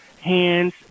hands